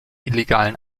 illegalen